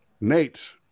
Nate